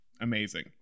amazing